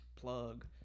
Plug